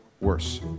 worse